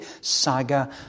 saga